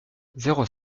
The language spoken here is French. zéro